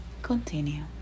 continue